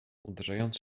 uderzając